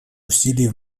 усилий